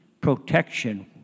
protection